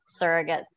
surrogates